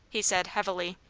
he said, heavily.